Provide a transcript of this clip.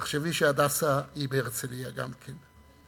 תחשבי ש"הדסה" הוא בהרצלייה גם כן,